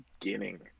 beginning